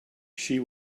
she